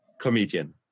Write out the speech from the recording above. comedian